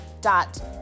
dot